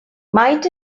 might